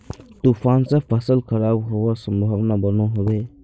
तूफान से फसल खराब होबार संभावना बनो होबे?